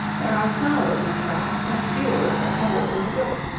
there are flowers in the grass and jewels for pebbles in the brook.